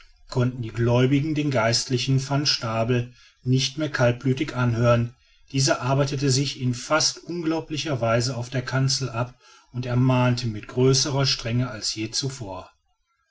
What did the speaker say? konnten die gläubigen den geistlichen van stabel nicht mehr kaltblütig anhören dieser arbeitete sich in fast unglaublicher weise auf der kanzel ab und ermahnte mit größerer strenge als je zuvor